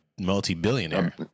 Multi-billionaire